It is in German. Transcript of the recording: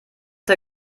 der